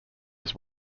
his